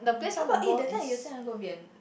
how about eh that time you said you want to go vie~